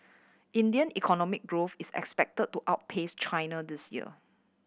India economic growth is expected to outpace China this year